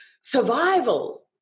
survival